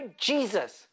Jesus